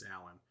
Allen